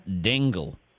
Dingle